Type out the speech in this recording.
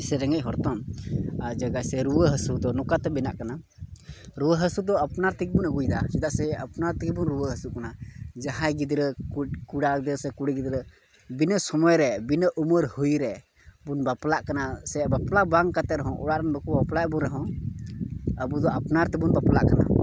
ᱥᱮ ᱨᱮᱸᱜᱮᱡ ᱦᱚᱲ ᱛᱟᱢ ᱟᱨ ᱡᱟᱭᱜᱟ ᱥᱮ ᱨᱩᱣᱟᱹ ᱦᱟᱹᱥᱩ ᱫᱚ ᱱᱚᱝᱠᱟ ᱛᱮ ᱵᱮᱱᱟᱜ ᱠᱟᱱᱟ ᱨᱩᱣᱟᱹ ᱦᱟᱹᱥᱩ ᱫᱚ ᱟᱯᱱᱟᱨ ᱛᱮᱜᱮ ᱵᱚ ᱟᱹᱜᱩᱭᱫᱟ ᱪᱮᱫᱟᱜ ᱥᱮ ᱟᱯᱱᱟᱨ ᱛᱮᱜᱮ ᱵᱚᱱ ᱨᱩᱣᱟᱹ ᱦᱟᱹᱥᱩᱜ ᱠᱟᱱᱟ ᱡᱟᱦᱟᱸᱭ ᱜᱤᱫᱽᱨᱟᱹ ᱠᱚᱲᱟ ᱜᱮᱥᱮ ᱠᱩᱲᱤ ᱜᱤᱫᱽᱨᱟᱹ ᱵᱤᱱᱟᱹ ᱥᱚᱢᱚᱭ ᱨᱮ ᱵᱤᱱᱟᱹ ᱩᱢᱟᱹᱨ ᱦᱩᱭ ᱨᱮ ᱵᱚᱱ ᱵᱟᱯᱞᱟᱜ ᱠᱟᱱᱟ ᱥᱮ ᱵᱟᱯᱞᱟ ᱵᱟᱝ ᱠᱟᱛᱮᱫ ᱦᱚᱸ ᱚᱲᱟᱜ ᱨᱮᱱ ᱵᱟᱝ ᱠᱚ ᱵᱟᱯᱞᱟᱭᱮᱫ ᱠᱚ ᱨᱮᱦᱚᱸ ᱟᱵᱚ ᱫᱚ ᱟᱯᱱᱟᱨ ᱛᱮᱵᱚᱱ ᱵᱟᱯᱞᱟᱜ ᱠᱟᱱᱟ